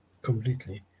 completely